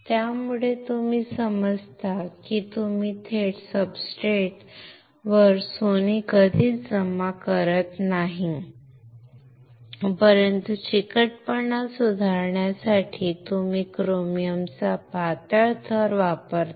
त्यामुळे तुम्ही समजता की तुम्ही थेट सब्सट्रेटवर सोने कधीच जमा करत नाही परंतु चिकटपणा सुधारण्यासाठी तुम्ही क्रोमियमचा पातळ थर वापरता